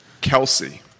Kelsey